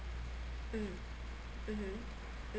mm mm